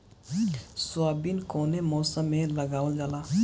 Soybean कौने मौसम में लगावल जा?